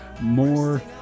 more